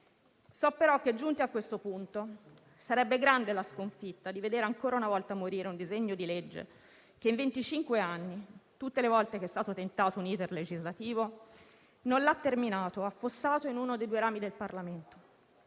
So però che giunti a questo punto sarebbe grande la sconfitta di vedere ancora una volta morire un disegno di legge per il quale, in venticinque anni, tutte le volte che è stato tentato un *iter* legislativo, non è stato poi terminato ed è stato affossato in uno dei due rami del Parlamento.